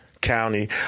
county